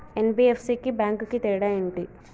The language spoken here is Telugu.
ఎన్.బి.ఎఫ్.సి కి బ్యాంక్ కి తేడా ఏంటి?